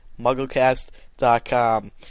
MuggleCast.com